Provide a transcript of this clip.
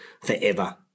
forever